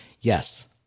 yes